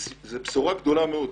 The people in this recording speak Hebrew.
זו בשורה גדולה מאוד.